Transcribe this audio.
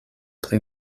pli